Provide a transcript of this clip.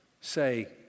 say